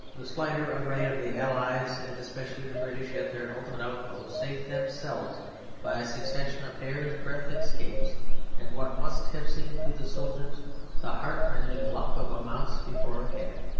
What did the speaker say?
the slighter array of the allies, and especially the british at their ultimate outpost, saved themselves by a succession of hair's-breadth escapes and what must have seemed to the soldiers the heartrending luck of a mouse before a cat.